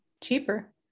cheaper